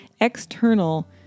external